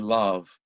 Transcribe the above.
love